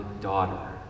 daughter